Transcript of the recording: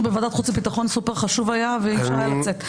בוועדת חוץ וביטחון וזה היה סופר חשוב ואי אפשר היה לצאת.